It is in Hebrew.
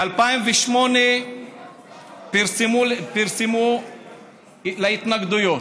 ב-2008 פרסמו את ההתנגדויות.